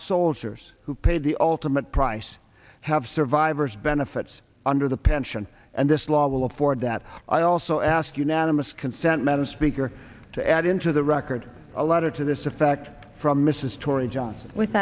soldiers who paid the ultimate price have survivor's benefits under the pension and this law will afford that i also ask unanimous consent madam speaker to add into the record a letter to this effect from mrs tory johnson with